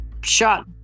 shot